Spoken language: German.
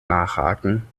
nachhaken